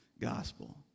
gospel